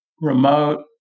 Remote